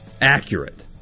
accurate